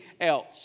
else